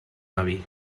avi